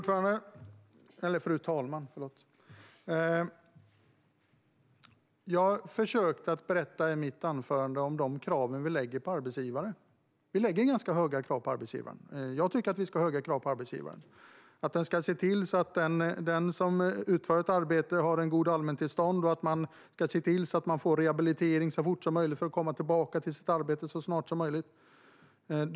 Fru talman! I mitt anförande försökte jag att berätta om de ganska höga krav som vi ställer på arbetsgivare. De ska se till att den som utför ett arbete har ett gott allmäntillstånd och att det finns rehabilitering så att den som är anställd kan komma tillbaka till sitt arbete så snart som möjligt.